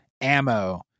ammo